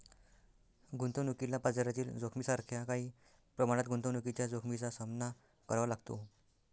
गुंतवणुकीला बाजारातील जोखमीसारख्या काही प्रमाणात गुंतवणुकीच्या जोखमीचा सामना करावा लागतो